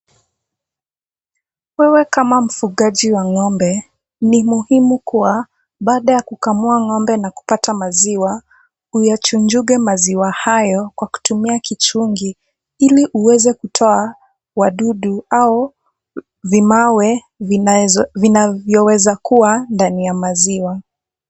Wewe kama mfugaji wa ng'ombe, ni muhimu kuwa baada ya kukamua ng'ombe na kupata maziwa uyachunjuge maziwa hayo kwa kutumia kichungi ili uweze kutoa wadudu au vimawe vinavyoweza kuwa ndani ya maziwa.